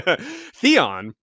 Theon